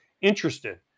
interested